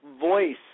voice